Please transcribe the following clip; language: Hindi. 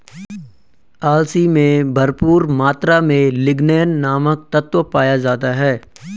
अलसी में भरपूर मात्रा में लिगनेन नामक तत्व पाया जाता है